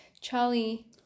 Charlie